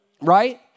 Right